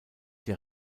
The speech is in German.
der